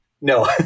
no